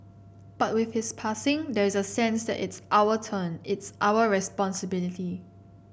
but with his passing there's a sense that it's our turn it's our responsibility